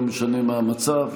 לא משנה מה המצב,